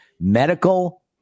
medical